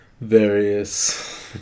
various